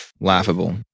laughable